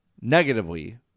negatively